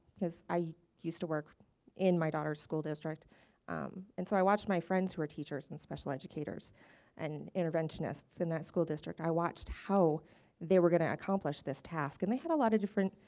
because i used to work in my daughter's school district and so i watched my friends who are teachers and special educators and interventionists in that school district. i watched how they were going to accomplish this task and they had a lot of different